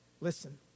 listen